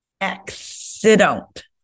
accident